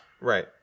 Right